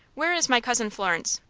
where is my cousin florence?